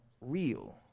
real